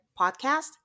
podcast